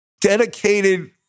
dedicated